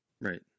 Right